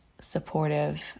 supportive